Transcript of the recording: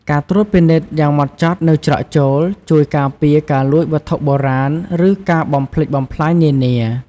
ការត្រួតពិនិត្យយ៉ាងហ្មត់ចត់នៅច្រកចូលជួយ ការពារការលួចវត្ថុបុរាណ ឬការបំផ្លិចបំផ្លាញ នានា។